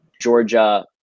Georgia